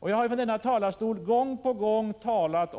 Jag har från denna talarstol gång på gång talat